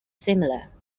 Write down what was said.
similar